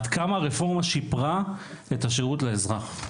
עד כמה הרפורמה שיפרה את השירות לאזרח?